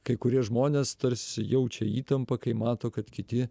kai kurie žmonės tarsi jaučia įtampą kai mato kad kiti